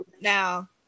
Now